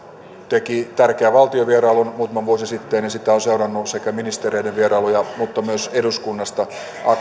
teki tärkeän valtiovierailun muutama vuosi sitten ja sitä on seurannut sekä ministereiden vierailuja että myös eduskunnasta